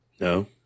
No